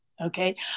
okay